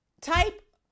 type